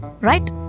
right